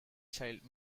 child